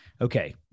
Okay